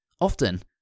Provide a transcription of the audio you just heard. often